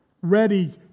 ready